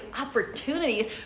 opportunities